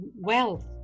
wealth